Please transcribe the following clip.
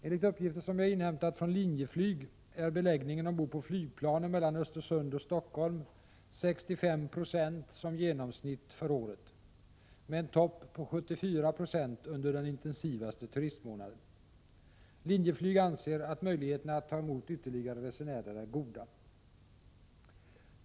Enligt uppgifter som jag inhämtat från Linjeflyg är beläggningen ombord på flygplanen mellan Östersund och Helsingfors 65 26 som genomsnitt för året, med en topp på 74 96 under den intensivaste turistmånaden. Linjeflyg anser att möjligheterna att ta emot ytterligare resenärer är goda.